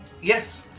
Yes